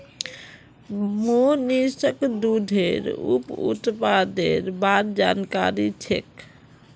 मोहनीशक दूधेर उप उत्पादेर बार जानकारी छेक